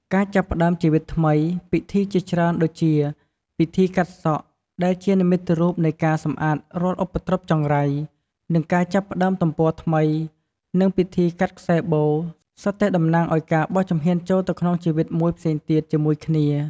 ការចាប់ផ្តើមជីវិតថ្មី ពិធីជាច្រើនដូចជា ពិធីកាត់សក់ ដែលជានិមិត្តរូបនៃការសម្អាតរាល់ឧបទ្រពចង្រៃ និងការចាប់ផ្តើមទំព័រថ្មី និងពិធីកាត់ខ្សែបូរ សុទ្ធតែតំណាងឱ្យការបោះជំហានចូលទៅក្នុងជីវិតមួយផ្សេងទៀតជាមួយគ្នា។